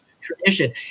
tradition